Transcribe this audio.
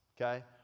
Okay